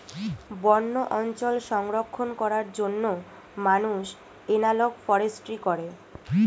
বন্য অঞ্চল সংরক্ষণ করার জন্য মানুষ এনালগ ফরেস্ট্রি করে